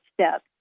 step